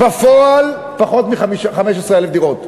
בפועל, פחות מ-15,000 דירות.